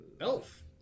elf